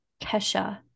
Kesha